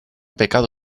pecado